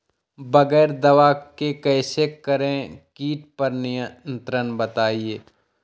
बगैर दवा के कैसे करें कीट पर नियंत्रण बताइए?